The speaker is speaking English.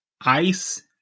Ice